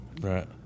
Right